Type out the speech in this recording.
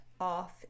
off